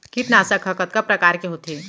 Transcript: कीटनाशक ह कतका प्रकार के होथे?